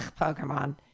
pokemon